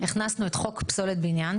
הכנסנו את חוק פסולת בניין,